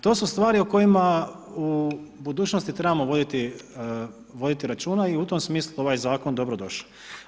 To su stvari o kojima u budućnosti trebamo voditi računa i u tom smislu ovaj Zakon dobro došao.